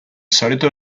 solito